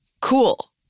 cool